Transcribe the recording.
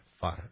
five